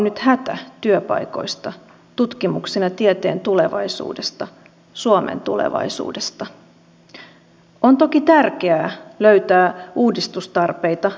onko nyt niin että sosialidemokraatteja ei niinkään kiinnosta miesten työllistyminen kun jatkuvasti puhutaan siitä naisvaltaisesta alasta